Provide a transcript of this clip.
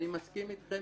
אני מסכים אתכם